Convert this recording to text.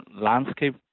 landscape